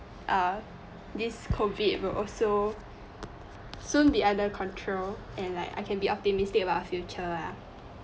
uh this COVID will also soon be under control and like I can be optimistic about the future ah